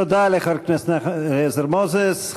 תודה לחבר הכנסת מנחם אליעזר מוזס.